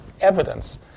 evidence